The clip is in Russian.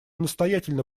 настоятельно